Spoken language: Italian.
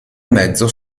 mezzo